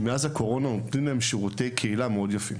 שמאז הקורונה נותנים להם שירותי קהילה מאוד יפים.